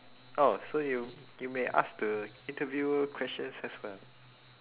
oh so you you may ask the interviewer questions as well